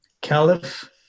caliph